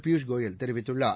பியூஷ் கோயல் தெரிவித்துள்ளார்